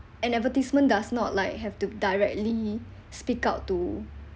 an advertisement does not like have to directly speak out to